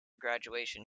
graduation